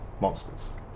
Monsters